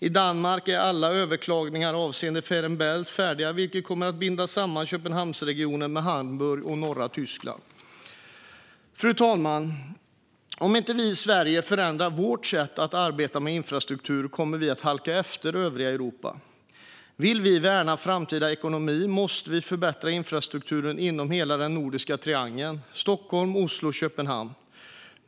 I Danmark är alla överklaganden avseende förbindelsen över Fehmarn Bält färdiga, och den kommer att binda samman Köpenhamnsregionen med Hamburg och norra Tyskland. Fru talman! Om inte vi i Sverige förändrar vårt sätt att arbeta med infrastruktur kommer vi att halka efter övriga Europa. Vill vi värna framtida ekonomi måste vi förbättra infrastrukturen inom hela den nordiska triangeln: Stockholm-Oslo-Köpenhamn.